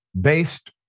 based